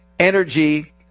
Energy